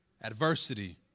Adversity